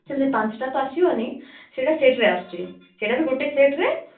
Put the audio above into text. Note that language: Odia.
ସେମିତି ପାଂଶଟା ତ ଆସିବନି ସେଇଟା ସେଟ୍ରେ ଆସୁଛି ସେଇଟା ବି ଗୋଟେ ସେଟ୍ରେ